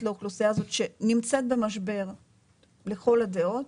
לאוכלוסייה הזאת שנמצאת במשבר לכל הדעות,